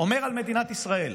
אומר על מדינת ישראל,